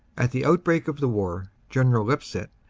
at the outbreak of the war general lipsett,